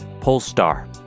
Polestar